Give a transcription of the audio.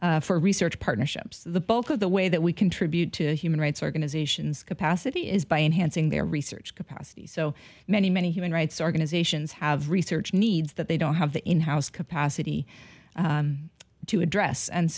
world for research partnerships the bulk of the way that we contribute to human rights organizations capacity is by enhancing their research capacity so many many human rights organizations have research needs that they don't have the in house capacity to address and